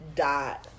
dot